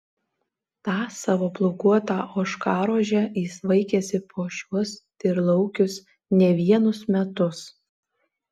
tą savo plaukuotą ožkarožę jis vaikėsi po šiuos tyrlaukius ne vienus metus